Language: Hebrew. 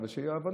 אבל שיהיו הבנות,